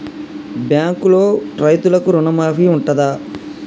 బ్యాంకులో రైతులకు రుణమాఫీ ఉంటదా?